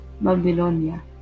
Babylonia